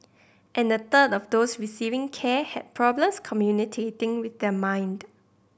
and a third of those receiving care had problems communicating with their mind